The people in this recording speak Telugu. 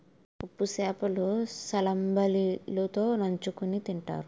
ఉప్పు సేప లు సల్లంబలి తో నంచుకుని తింతారు